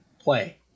play